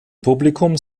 publikum